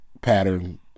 pattern